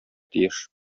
тиеш